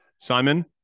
Simon